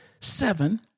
seven